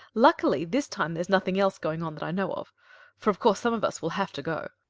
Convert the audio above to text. luckily this time there's nothing else going on that i know of for of course some of us will have to go.